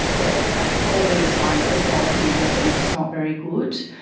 that that's probably a sign that the quality of your sleep is not very good.